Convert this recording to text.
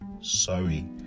sorry